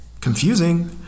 Confusing